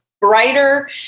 brighter